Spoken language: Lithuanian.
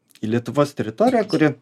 į lietuvos teritoriją kuri